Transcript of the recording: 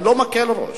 אני לא מקל ראש,